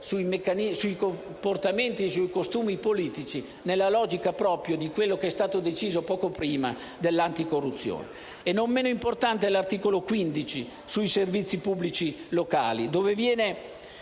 su comportamenti e costumi politici, proprio nella logica di quello che è stato deciso poco prima dell'anticorruzione. Non meno importante è l'articolo 15, sui servizi pubblici locali, in